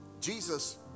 Jesus